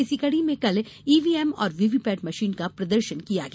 इसी कड़ी में कल ईवीएम और वीवीपैट मशीन का प्रदर्शन किया गया